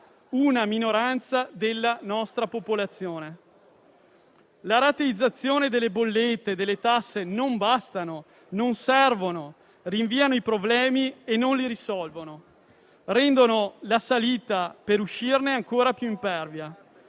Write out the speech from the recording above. una minoranza della nostra popolazione. La rateizzazione delle bollette e delle tasse non basta, non serve, rinvia i problemi e non li risolve; rende la salita per uscirne ancora più impervia.